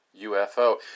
UFO